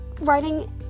writing